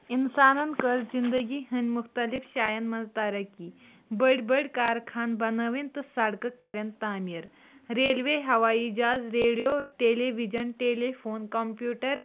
اِنسانن کٔرۍ زِندگی ہٕندۍ مُختلف شاین منٛز تَرَقی بٔڑۍ بٔڑۍ کارخان بَنٲوِنۍ تہٕ سڑکہٕ کَرین تعمیٖر ریلوے ہَوایی جَہاز ریڈیو ٹیٚلیوجن ٹیلیفون کَمپیوٗٹر